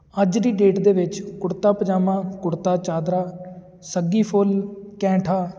ਅੱਜ ਦੀ ਡੇਟ ਦੇ ਵਿੱਚ ਕੁੜਤਾ ਪਜਾਮਾ ਕੁੜਤਾ ਚਾਦਰਾ ਸੱਗੀ ਫੁੱਲ ਕੈਂਠਾ